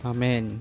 Amen